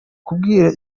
kumbwira